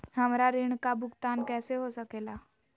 हमरा ऋण का भुगतान कैसे हो सके ला?